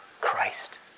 Christ